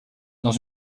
dans